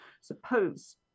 Suppose